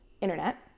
internet